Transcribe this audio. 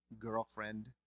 girlfriend